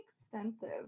extensive